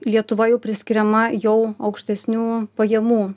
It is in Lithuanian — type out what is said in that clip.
lietuva jau priskiriama jau aukštesnių pajamų